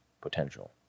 potential